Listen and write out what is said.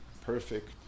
perfect